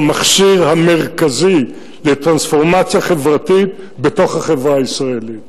הוא המכשיר המרכזי לטרנספורמציה חברתית בתוך החברה הישראלית.